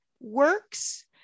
works